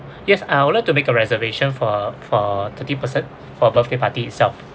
yes I would like to make a reservation for for thirty person for birthday party itself